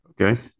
Okay